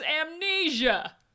Amnesia